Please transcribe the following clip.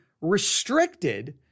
restricted